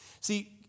See